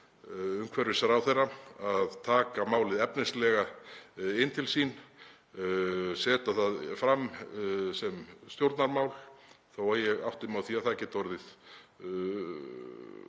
umhverfisráðherra að taka málið efnislega til sín og setja það fram sem stjórnarmál, þó að ég átti mig á því að það geti orðið